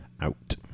out